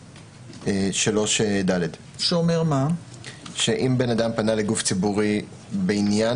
יש סעיף 3ד שאומר שאם אדם פנה לגוף ציבורי בעניין